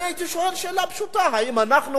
אני הייתי שואל שאלה פשוטה: האם אנחנו